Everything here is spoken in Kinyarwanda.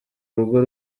urugo